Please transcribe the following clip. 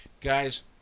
Guys